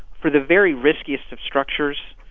for the very riskiest of structures,